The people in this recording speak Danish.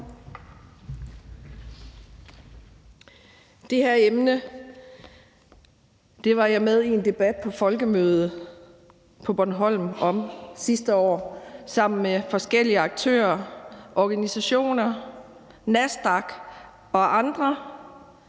Det her emne var jeg med i en debat om på folkemødet på Bornholm sidste år sammen med forskellige aktører og organisationer, NASDAQ og andre.